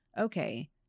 okay